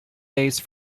base